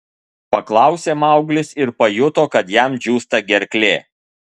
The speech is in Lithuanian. paklausė mauglis ir pajuto kad jam džiūsta gerklė